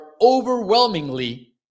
overwhelmingly